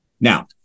now